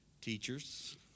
teachers